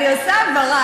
אני עושה הבהרה,